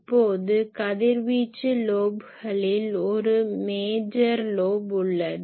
இப்போது கதிர்வீச்சு லோப்களில் ஒரு மேஜர் major முக்கிய லோப் உள்ளது